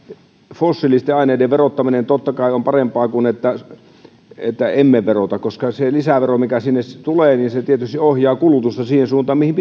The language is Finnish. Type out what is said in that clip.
fossiilisten aineiden verottaminen totta kai on parempaa kuin se että emme verota koska se lisävero mikä sinne tulee tietysti ohjaa kulutusta siihen suuntaan mihin